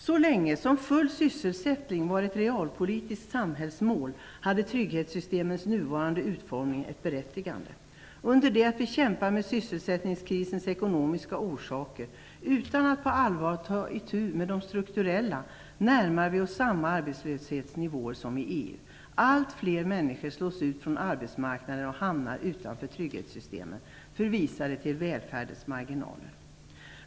Så länge som full sysselsättning var ett realpolitiskt samhällsmål hade trygghetssystemens nuvarande utformning ett berättigande. Under det att vi kämpar med sysselsättningskrisens ekonomiska orsaker, utan att på allvar ta itu med de strukturella, närmar vi oss samma arbetslöshetsnivåer som i det övriga EU. Allt fler människor slås ut från arbetsmarknaden och hamnar utanför trygghetssystemen, förvisade till välfärdens marginaler.